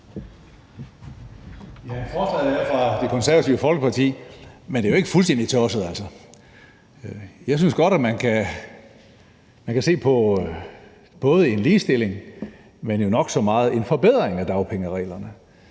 Forslaget er fra Det Konservative Folkeparti – men det er ikke fuldstændig tosset, altså. Jeg synes godt, at man kan se på både en ligestilling, men jo nok så meget på en forbedring af dagpengereglerne.